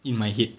in my head